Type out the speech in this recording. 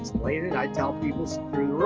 explain it. i tell people screw